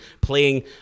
playing